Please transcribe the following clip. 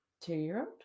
two-year-old